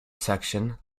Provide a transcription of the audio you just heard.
section